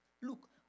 look